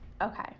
Okay